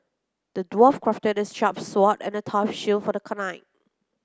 the dwarf crafted a sharp sword and a tough shield for the